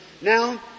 Now